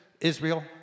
Israel